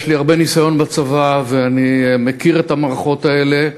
יש לי הרבה ניסיון בצבא ואני מכיר את המערכות האלה: